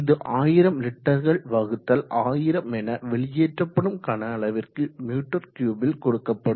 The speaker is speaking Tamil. இது 1000 லிட்டர்கள் வகுத்தல் 1000 என வெளியேற்றப்படும் கனஅளவிற்கு மீட்டர் கியூபில் கொடுக்கப்படும்